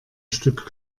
stück